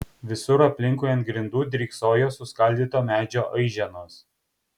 visur aplinkui ant grindų dryksojo suskaldyto medžio aiženos